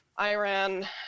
Iran